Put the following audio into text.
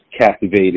captivated